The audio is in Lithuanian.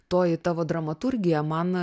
toji tavo dramaturgija man